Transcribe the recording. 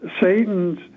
Satan's